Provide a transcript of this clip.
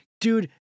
dude